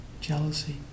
jealousy